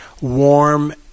warm